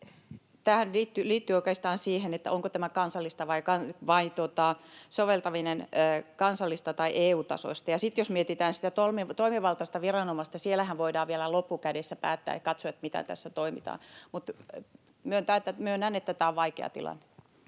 tämähän liittyy oikeastaan siihen, onko tämä soveltaminen kansallista tai EU-tasoista. Ja sitten jos mietitään sitä toimivaltaista viranomaista, niin siellähän voidaan vielä loppu kädessä päättää ja katsoa, miten tässä toimitaan. Mutta myönnän, että tämä on vaikea tilanne.